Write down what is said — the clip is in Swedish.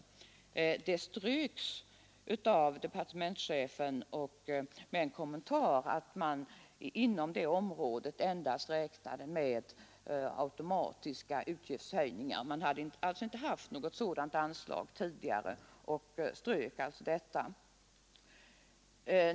Det beloppet ströks av departementschefen med kommentaren att man inom det området endast räknade med automatiska utgiftshöjningar. Man hade inte haft något sådant anslag tidigare och tillstyrkte det inte den gången.